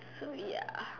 so ya